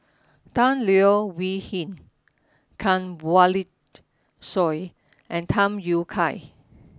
Tan Leo Wee Hin Kanwaljit Soin and Tham Yui Kai